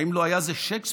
האם לא היה זה שייקספיר,